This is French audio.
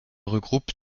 regroupe